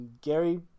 Gary